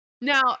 Now